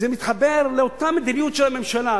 זה מתחבר לאותה מדיניות של הממשלה,